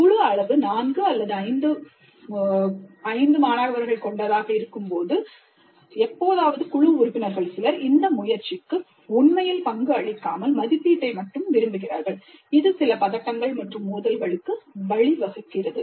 குழு அளவு 4 அல்லது 5 போன்றதாக இருக்கும்போது எப்போதாவது குழு உறுப்பினர்கள் சிலர் இந்த முயற்சிக்கு உண்மையில் பங்கு அளிக்காமல் மதிப்பீட்டை மட்டும் விரும்புகிறார்கள் இது சில பதட்டங்கள் மற்றும் மோதல்களுக்கு வழிவகுக்கிறது